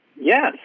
Yes